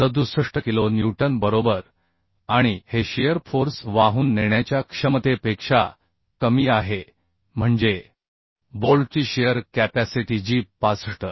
67 kilo newton बरोबर आणि हे शिअर फोर्स वाहून नेण्याच्या क्षमतेपेक्षा कमी आहे म्हणजे बोल्टची शिअर कॅपॅसिटी जी 65